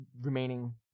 remaining